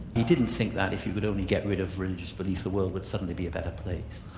he didn't think that if you could only get rid of religious belief, the world would suddenly be a better place.